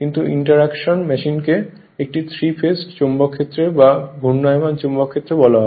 কিন্তু ইন্টারঅ্যাকশন মেশিনকে একটি 3 ফেজড চৌম্বক ক্ষেত্রে বা ঘূর্ণায়মান চৌম্বক ক্ষেত্র বলা হবে